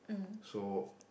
so